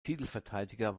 titelverteidiger